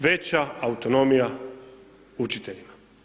Veća autonomija učiteljima.